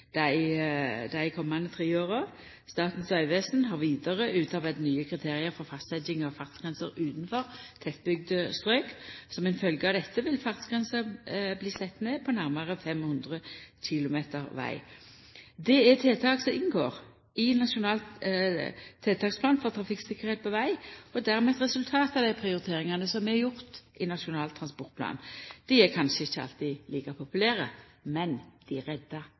komande tre åra. Statens vegvesen har vidare utarbeidd nye kriterium for fastsetjing av fartsgrenser utanfor tettbygde strøk. Som ei følgje av dette vil fartsgrensa bli sett ned på nærmare 500 km veg. Det er tiltak som inngår i Nasjonal tiltaksplan for trafikktryggleik på veg, og dermed eit resultat av dei prioriteringane som er gjorde i Nasjonal transportplan. Dei er kanskje ikkje alltid like populære, men dei